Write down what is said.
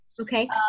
Okay